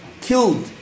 killed